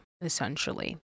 essentially